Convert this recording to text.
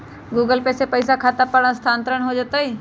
Google Pay से पईसा खाता पर स्थानानंतर हो जतई?